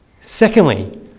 Secondly